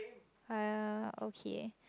uh okay